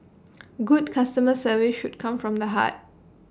good customer service should come from the heart